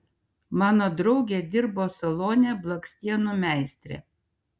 mano draugė dirbo salone blakstienų meistre